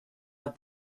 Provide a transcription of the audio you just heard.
out